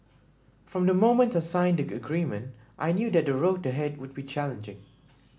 from the moment I signed the agreement I knew that the road ahead would be challenging